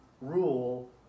rule